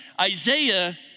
Isaiah